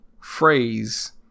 phrase